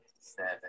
seven